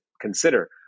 consider